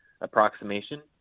approximation